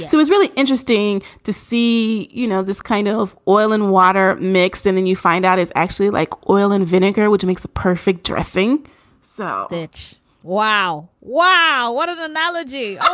so it's really interesting to see, you know, this kind of oil and water mix and then you find out it's actually like oil and vinegar, which makes a perfect dressing so rich wow. wow. what an analogy.